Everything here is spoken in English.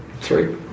three